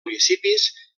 municipis